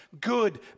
good